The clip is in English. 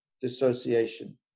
dissociation